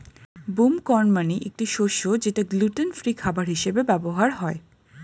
broom corn মানে একটি শস্য যেটা গ্লুটেন ফ্রি খাবার হিসেবে ব্যবহার হয়